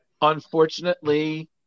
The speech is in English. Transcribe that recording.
unfortunately